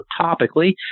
topically